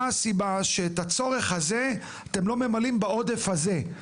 מה הסיבה שאת הצורך הזה אתם לא ממלאים בעודף הזה.